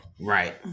right